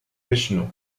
vishnu